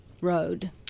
road